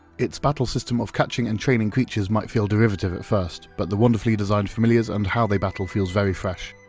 its battle system of caching and training creatures might feel derivative at first, but the wonderfully designed familiars and how they battle feels very fresh.